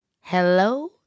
hello